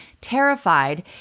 Terrified